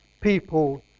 people